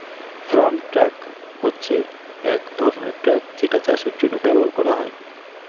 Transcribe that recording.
farm truck হচ্ছে এক ধরনের ট্র্যাক যেটা চাষের জন্য ব্যবহার করা হয়